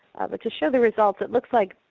but to show the results, it looks like